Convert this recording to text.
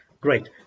Great